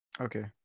Okay